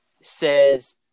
says